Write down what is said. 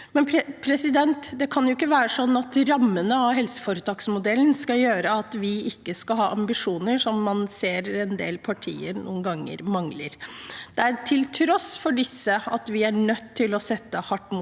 terreng. Det kan ikke være sånn at rammene for helseforetaksmodellen skal gjøre at vi ikke skal ha ambisjoner, som man ser en del partier noen ganger mangler. Til tross for disse er vi nødt til å sette hardt mot